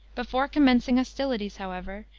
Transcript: before commencing, hostilities, however,